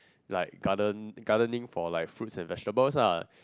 like garden gardening for like fruits and vegetables lah